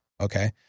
okay